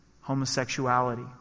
Homosexuality